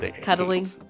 cuddling